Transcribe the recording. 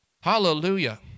Hallelujah